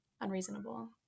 unreasonable